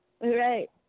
Right